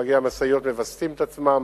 נהגי המשאיות מווסתים את עצמם,